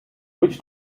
witch